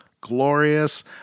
glorious